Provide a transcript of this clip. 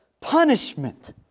punishment